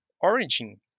origin